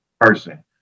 person